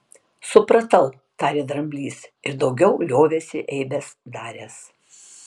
supratau tarė dramblys ir daugiau liovėsi eibes daręs